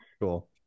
Cool